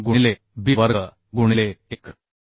3 गुणिले b वर्ग गुणिले 1